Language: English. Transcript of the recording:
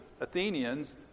Athenians